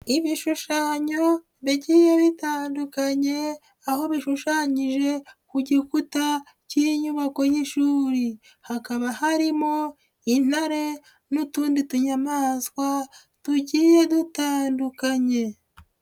Ibishushanyo bigiye bitandukanye aho bishushanyije ku gikuta k'inyubako y'ishuri, hakaba harimo intare n'utundi tunyamaswa tugiye dutandukanye.